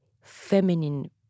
feminine